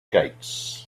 gates